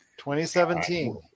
2017